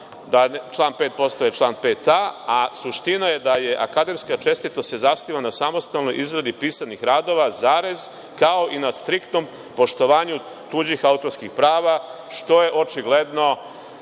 da član 5. postaje član 5a, a suština je da se akademska čestitost zasniva na samostalnoj izradi pisanih radova, kao i na striktnom poštovanju tuđih autorskih prava, što je očigledno